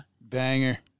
Banger